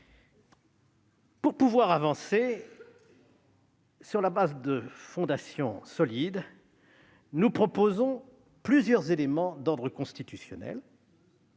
Pour construire l'avenir sur des fondations solides, nous proposons plusieurs éléments d'ordre constitutionnel.